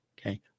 Okay